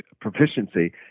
proficiency